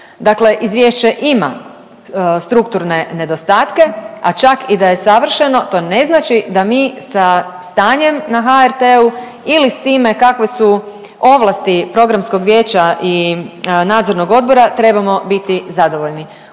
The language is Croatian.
Dakle, izvješće ima strukturne nedostatke, a čak i da je savršeno to ne znači da mi sa stanjem na HRT-u ili s time kakve su ovlasti programskog vijeća i nadzornog odbora trebamo biti zadovoljni.